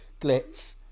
Glitz